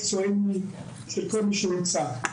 מקצועי, של כל מי שנמצא.